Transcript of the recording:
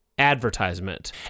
advertisement